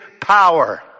power